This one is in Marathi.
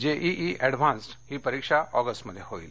जेईई ऍडव्हान्सड ही परीक्षा ऑगस्टमध्ये होईल